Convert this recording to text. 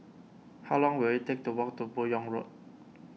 how long will it take to walk to Buyong Road